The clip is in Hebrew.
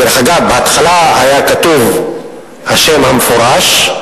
דרך אגב, בהתחלה היה כתוב השם המפורש.